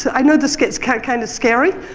so i know this gets kind kind of scary,